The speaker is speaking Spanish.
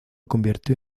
convirtió